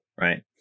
right